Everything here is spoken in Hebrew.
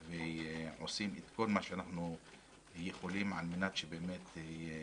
ועושים כל מה שאנחנו יכולים על מנת שנמשיך